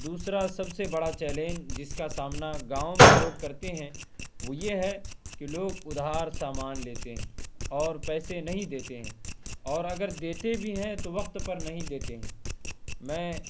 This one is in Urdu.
دوسرا سب سے بڑا چیلنج جس کا سامنا گاؤں میں لوگ کرتے ہیں وہ یہ ہے کہ لوگ ادھار سامان لیتے ہیں اور پیسے نہیں دیتے ہیں اور اگر دیتے بھی ہیں تو وقت پر نہیں دیتے ہیں میں